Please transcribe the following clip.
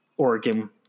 Oregon